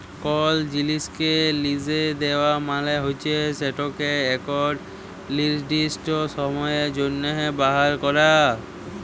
call জিলিসকে লিসে দেওয়া মালে হচ্যে সেটকে একট লিরদিস্ট সময়ের জ্যনহ ব্যাভার ক্যরা